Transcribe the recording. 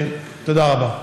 תודה רבה.